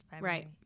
Right